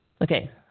Okay